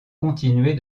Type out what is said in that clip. continuer